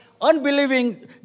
unbelieving